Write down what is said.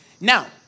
Now